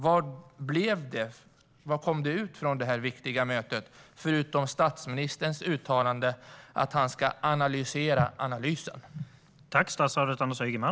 Vad kom ut av detta viktiga möte - förutom statsministerns uttalande att han ska analysera analysen?